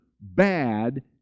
bad